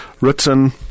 written